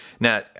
Now